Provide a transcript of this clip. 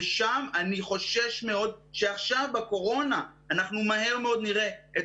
ואני חושש מאוד שעכשיו בקורונה אנחנו מהר מאוד נראה את